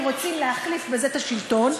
הם רוצים להחליף בזה את השלטון.